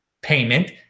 payment